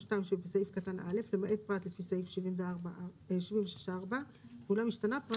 2 שבסעיף קטן א' למעט פרט לפי סעיף 76.4 אולם השתנה פרט